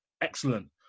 excellent